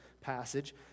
passage